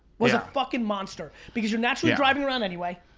was a fuckin' monster. because you're naturally driving around anyway